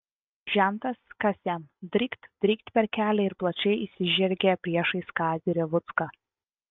žentas kas jam drykt drykt per kelią ir plačiai išsižergė priešais kazį revucką